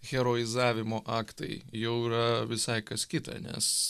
heroizavimo aktai jau yra visai kas kita nes